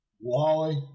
Wally